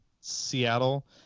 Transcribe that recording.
Seattle